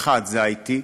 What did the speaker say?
האחד זה IT,